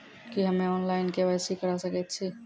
की हम्मे online, KYC करा सकैत छी?